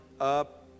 up